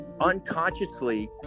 unconsciously